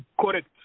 Correct